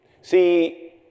See